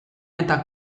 eta